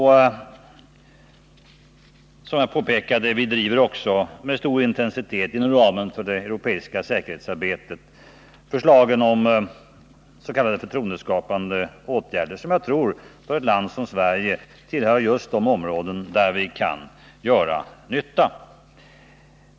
Som jag påpekade driver vi också med stor intensitet, inom ramen för det europeiska säkerhetsarbetet, förslagen om s.k. förtroendeskapande åtgärder, som jag tror tillhör just de områden där ett land som Sverige kan göra nytta.